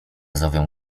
zowią